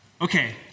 Okay